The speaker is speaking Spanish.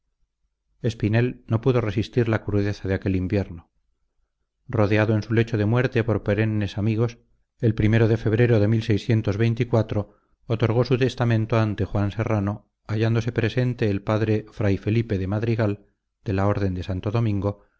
espinel no pudo resistir la crudeza de aquel invierno rodeado en su lecho de muerte por perennes amigos el primero de febrero de otorgó su testamento ante juan serrano hallándose presente el padre fray felipe de madrigal de la orden de santo domingo